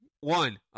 one